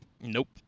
Nope